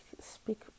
speak